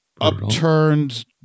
upturned